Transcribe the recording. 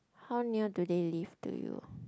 how near do they live to you